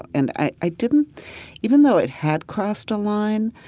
and i i didn't even though it had crossed a line,